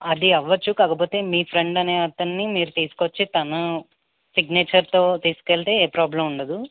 అది అవ్వచ్చు కాకపోతే మీ ఫ్రెండ్ అనే అతన్ని మీరు తీసుకు వచ్చి తను సిగ్నేచర్తో తీసుకు వెళ్తే ఏ ప్రాబ్లం ఉండదు